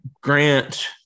grant